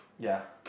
ya